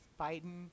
Biden